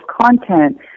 content